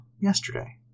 yesterday